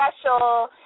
special